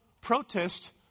protest